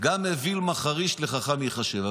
גם אוויל מחריש לחכם ייחשב.